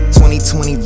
2020